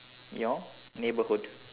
your neighborhood